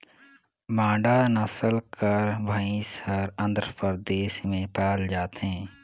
मांडा नसल कर भंइस हर आंध्र परदेस में पाल जाथे